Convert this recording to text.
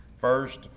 First